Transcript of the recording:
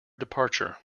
departure